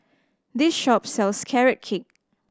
this shop sells Carrot Cake